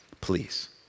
please